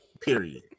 Period